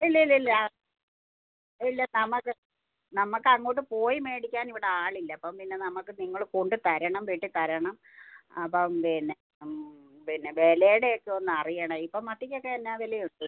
ഇല്ല ഇല്ല ഇല്ല ഇല്ല നമുക്ക് നമുക്ക് അങ്ങോട്ട് പോയി മേടിക്കാൻ ഇവിടെ ആളില്ല അപ്പം പിന്നെ നമുക്ക് നിങ്ങൾ കൊണ്ടുത്തരണം വെട്ടിത്തരണം അപ്പം പിന്നെ പിന്നെ വിലയുടെ ഒക്കെ ഒന്ന് അറിയണം ഇപ്പം മത്തിക്കൊക്കെ എന്നാ വിലയുണ്ട്